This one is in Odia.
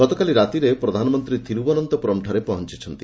ଗତକାଲି ରାତିରେ ପ୍ରଧାନମନ୍ତ୍ରୀ ଥିରୁବନନ୍ତପୁରମ୍ଠାରେ ପହଞ୍ଚୁଛନ୍ତି